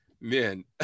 Man